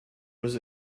was